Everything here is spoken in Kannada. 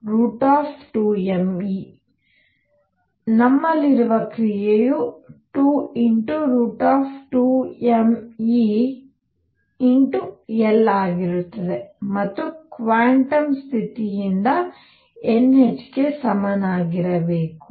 ಆದ್ದರಿಂದ ನಮ್ಮಲ್ಲಿರುವ ಕ್ರಿಯೆಯು 22mE L ಆಗಿರುತ್ತದೆ ಮತ್ತು ಕ್ವಾಂಟಮ್ ಸ್ಥಿತಿಯಿಂದ n h ಗೆ ಸಮನಾಗಿರಬೇಕು